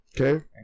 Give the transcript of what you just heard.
Okay